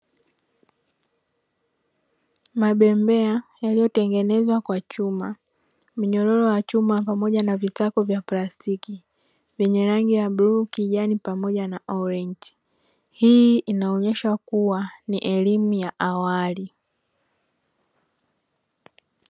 Mabembea yaliyotengenezwa kwa chuma mnyororo wa chuma ppamoja na vitako vya plastiki, vyenye chuma vyenye rangi ya bluu, kijani pamoja na "orange" hii inaonyesha kuwa ni elimu ya awali.